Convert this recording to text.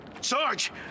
Sarge